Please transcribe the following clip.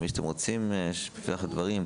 מי שאתם רוצים בפתח הדברים.